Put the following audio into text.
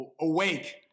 Awake